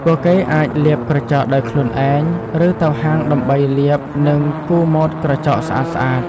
ពួកគេអាចលាបក្រចកដោយខ្លួនឯង ឬទៅហាងដើម្បីលាបនិងគូរម៉ូតក្រចកស្អាតៗ។